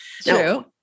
True